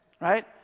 right